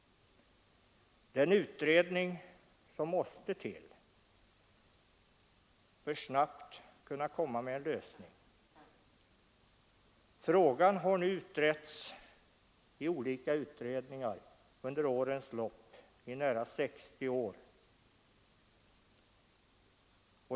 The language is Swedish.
Den utredning som måste till bör snabbt kunna komma med en lösning. Frågan har nu behandlats i olika utredningar under en tidsperiod av nära 60 år.